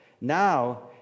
now